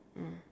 mm